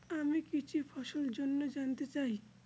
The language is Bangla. আমি কিছু ফসল জন্য জানতে চাই